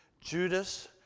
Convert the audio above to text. Judas